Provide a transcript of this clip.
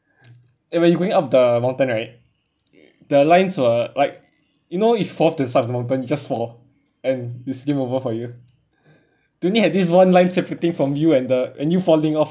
and when you going up the mountain right the lines will like you know if mountain you just fall and it's game over for you you only have this one line separating from you and the and you falling off